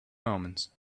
moments